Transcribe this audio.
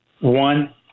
One